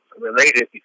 related